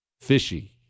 Fishy